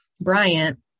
Bryant